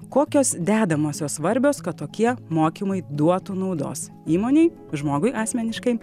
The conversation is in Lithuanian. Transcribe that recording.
kokios dedamosios svarbios kad tokie mokymai duotų naudos įmonei žmogui asmeniškai